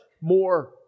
more